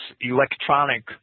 electronic